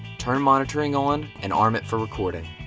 turn monitoring on and arm it for recording.